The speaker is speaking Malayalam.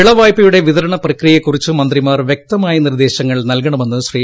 വിളവായ്പയുടെ വിതരണ പ്രക്രിയയെക്കുറിച്ച് മന്ത്രിമാർ വ്യക്തമായ നിർദ്ദേശങ്ങൾ നൽകണമെന്ന് ശ്രീ